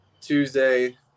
Tuesday